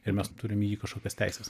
ir mes turim į jį kažkokias teises